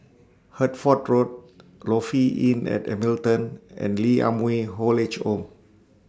Hertford Road Lofi Inn At Hamilton and Lee Ah Mooi Old Age Home